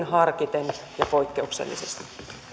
harkiten ja poikkeuksellisesti